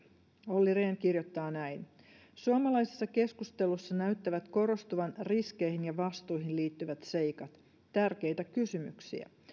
olli rehn kirjoittaa näin suomalaisessa keskustelussa näyttävät korostuvan riskeihin ja vastuihin liittyvät seikat tärkeitä kysymyksiä